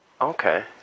Okay